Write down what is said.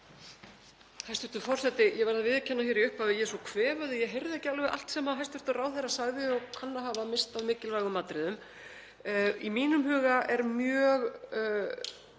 Hæstv. forseti. Ég verð að viðurkenna hér í upphafi að ég er svo kvefuð að ég heyrði ekki alveg allt sem hæstv. ráðherra sagði og kann að hafa misst af mikilvægum atriðum. Í mínum huga er kannski